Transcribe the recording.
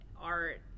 art